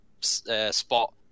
spot